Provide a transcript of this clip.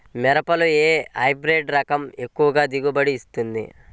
మిరపలో ఏ హైబ్రిడ్ రకం ఎక్కువ దిగుబడిని ఇస్తుంది?